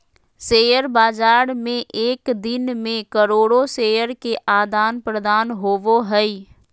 share बाज़ार में एक दिन मे करोड़ो शेयर के आदान प्रदान होबो हइ